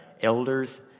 elders